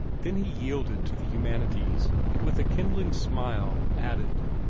then he yielded to the humanities, and with a kindling smile added,